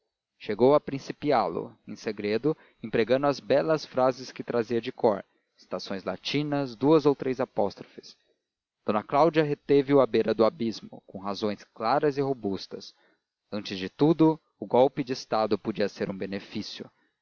chegou a principiá lo em segredo empregando as belas frases que trazia de cor citações latinas duas ou três apóstrofes d cláudia reteve o à beira do abismo com razões claras e robustas antes de tudo o golpe de estado podia ser um benefício